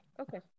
Okay